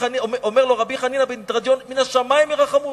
אומר לו רבי חנינא בן תרדיון: מן השמים ירחמו?